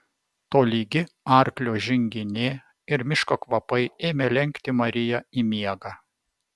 tolygi arklio žinginė ir miško kvapai ėmė lenkti mariją į miegą